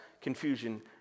confusion